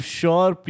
sure